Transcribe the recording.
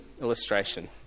illustration